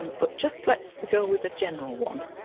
um but just let's go with a general one.